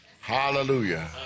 Hallelujah